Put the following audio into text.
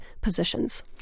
positions